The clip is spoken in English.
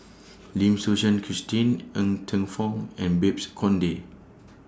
Lim Suchen Christine Ng Teng Fong and Babes Conde